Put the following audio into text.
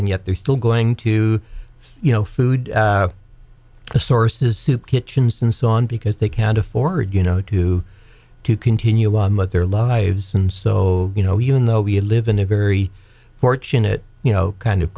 and yet they're still going to you know food sources soup kitchens and so on because they can't afford you know to to continue on with their lives and so you know you know we live in a very fortunate you know kind of